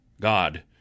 God